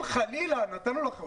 אם המדינה נתנה יותר מדי,